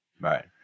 Right